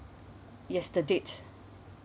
yes the date